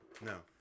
No